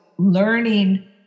learning